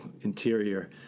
interior